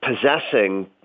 possessing